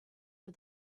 for